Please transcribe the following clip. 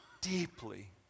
deeply